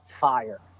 fire